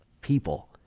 people